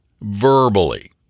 verbally